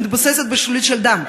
מתבוססת בשלולית של דם.